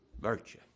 virtue